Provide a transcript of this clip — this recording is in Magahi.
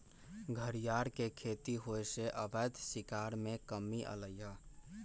घरियार के खेती होयसे अवैध शिकार में कम्मि अलइ ह